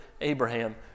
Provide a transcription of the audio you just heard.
Abraham